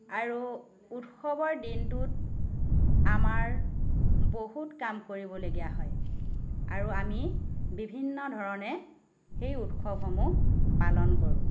আৰু উৎসৱৰ দিনটোত আমাৰ বহুত কাম কৰিবলগীয়া হয় আৰু আমি বিভিন্ন ধৰণে সেই উৎসৱসমূহ পালন কৰোঁ